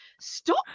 Stop